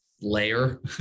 layer